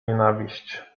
nienawiść